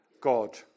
God